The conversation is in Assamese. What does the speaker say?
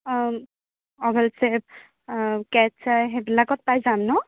অভেল চেপ কেটচ্ আই এইবিলাকত পাই যাম ন